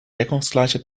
deckungsgleiche